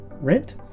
rent